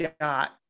got